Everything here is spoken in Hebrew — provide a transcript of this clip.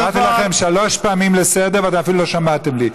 קראתי לכם שלוש פעמים לסדר ואתם אפילו לא שמעתם לי.